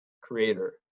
creator